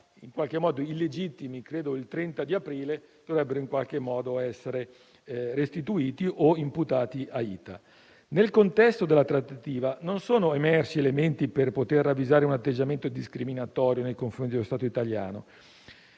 in qualche modo illegittimi, credo che il 30 aprile dovrebbero in qualche modo essere restituiti o imputati a ITA. Nel contesto della trattativa, non sono emersi elementi per poter ravvisare un atteggiamento discriminatorio nei confronti dello Stato italiano.